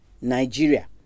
Nigeria